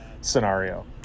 scenario